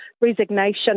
resignation